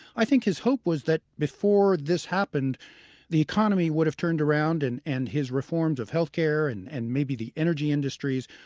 i think his hope was that before this happened the economy would have turned around and and his reforms of health care, and and maybe the energy industries,